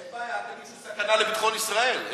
אין בעיה, שהוא סכנה לביטחון ישראל.